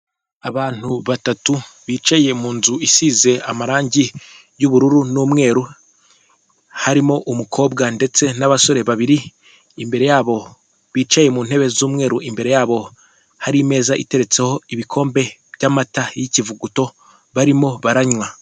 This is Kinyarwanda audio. Abantu batatu bicaye mu nzu isize amarangi y'ubururu n'umweru, harimo umukobwa ndetse n'abasore babiri. Imbere yabo bicaye mu ntebe z'umweru imbere yabo hari imeza iteretseho ibikombe by'amata y'ikivuguto barimo baranywa.